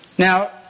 Now